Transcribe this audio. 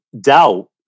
doubt